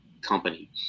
company